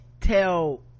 tell